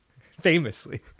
Famously